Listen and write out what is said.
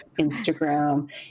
Instagram